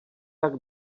tak